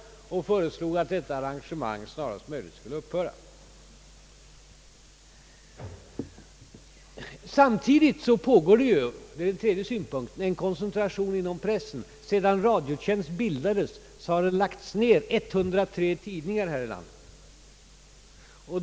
Det föreslogs att detta arrangemang snarast möjligt skulle upphöra. En tredje synpunkt är att det samtidigt pågår en koncentration inom pressen. Sedan Radiotjänst bildades har 103 tidningar lagts ned i landet.